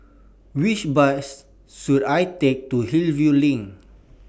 Which Bus should I Take to Hillview LINK